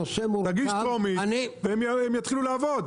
תגיש טרומית והם יתחילו לעבוד.